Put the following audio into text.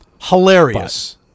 Hilarious